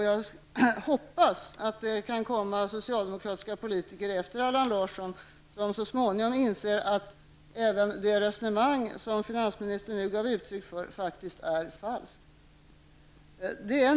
Jag hoppas att det kan komma socialdemokratiska politiker efter Allan Larsson som så småningom kommer att inse att även det resonemang som finansministern nu gav uttryck för faktiskt är falskt.